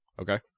okay